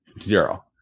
zero